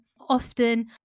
often